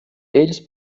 eles